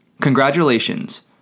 Congratulations